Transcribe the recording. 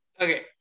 Okay